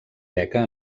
beca